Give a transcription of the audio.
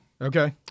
Okay